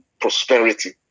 prosperity